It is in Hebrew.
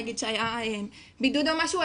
נגיד שהיה בידוד או משהו,